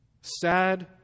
Sad